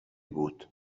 بود